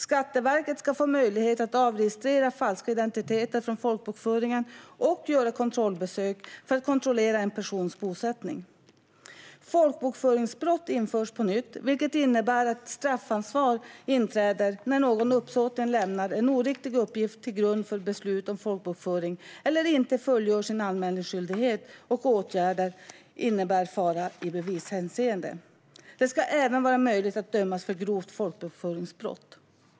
Skatteverket ska få möjlighet att avregistrera falska identiteter från folkbokföringen och göra kontrollbesök för att kontrollera en persons bosättning. Folkbokföringsbrott införs på nytt, vilket innebär att ett straffansvar inträder när någon uppsåtligen lämnar en oriktig uppgift till grund för beslut om folkbokföring eller inte fullgör sin anmälningsskyldighet och åtgärder innebär fara i bevishänseende. Det ska även vara möjligt att dömas för grovt folkbokföringsbrott."